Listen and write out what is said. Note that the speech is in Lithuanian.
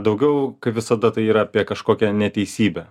daugiau kaip visada tai yra apie kažkokią neteisybę